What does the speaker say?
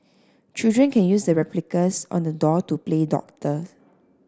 children can use the replicas on the doll to play doctor